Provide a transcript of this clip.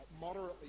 Moderately